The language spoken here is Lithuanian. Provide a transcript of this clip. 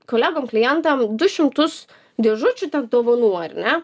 kolegom klientam du šimtus dėžučių ten dovanų ar ne